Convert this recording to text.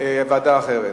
ועדה אחרת.